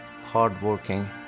hardworking